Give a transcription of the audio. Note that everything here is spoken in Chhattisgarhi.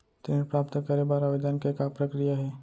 ऋण प्राप्त करे बर आवेदन के का प्रक्रिया हे?